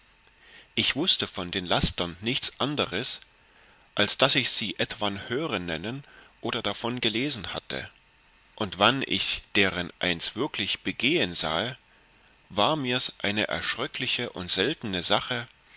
ich wußte von den lastern nichts anders als daß ich sie etwan hören nennen oder davon gelesen hatte und wann ich deren eins würklich begehen sahe war mirs eine erschröckliche und seltene sache